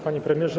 Panie Premierze!